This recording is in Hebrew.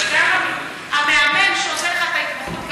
וגם המאמן שעושה את ההתמחות,